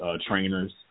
trainers